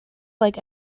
like